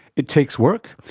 it takes work,